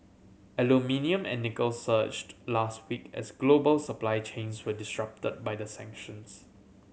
aluminium and nickel surged last week as global supply chains were disrupted by the sanctions